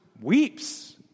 weeps